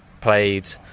played